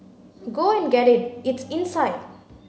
go and get it it's inside